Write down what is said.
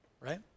right